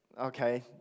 okay